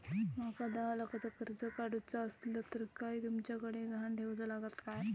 माका दहा लाखाचा कर्ज काढूचा असला तर काय तुमच्याकडे ग्हाण ठेवूचा लागात काय?